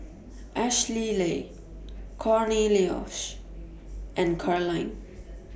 Ashleigh Cornelious and Caroline